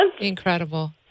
Incredible